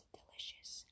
delicious